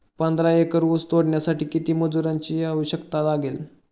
पंधरा एकर ऊस तोडण्यासाठी किती मजुरांची आवश्यकता लागेल?